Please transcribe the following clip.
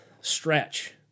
stretch